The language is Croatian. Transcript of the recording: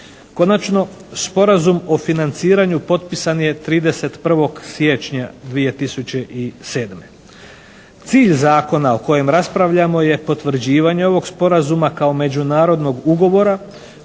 Konačno, sporazum o financiranju potpisan je 31. siječnja 2007. Cilj Zakona o kojem raspravljamo je potvrđivanje ovog sporazuma kao međunarodnog ugovora